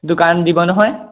দোকান দিব নহয়